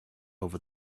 over